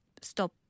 Stop